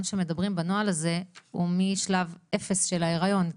שמדברים עליו בנוהל הזה הוא משלב 0 של ההיריון,